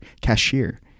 cashier